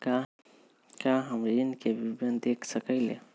का हम ऋण के विवरण देख सकइले?